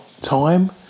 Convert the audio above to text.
time